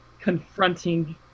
confronting